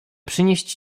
przynieść